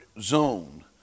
zone